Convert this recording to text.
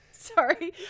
Sorry